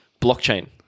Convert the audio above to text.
blockchain